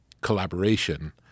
collaboration